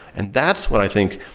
and that's what i think,